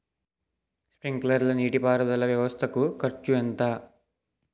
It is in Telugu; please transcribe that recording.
స్ప్రింక్లర్ నీటిపారుదల వ్వవస్థ కు ఖర్చు ఎంత?